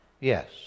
Yes